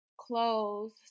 clothes